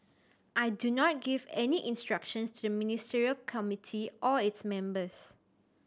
I do not give any instructions to the Ministerial Committee or its members